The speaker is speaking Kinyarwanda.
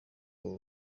abo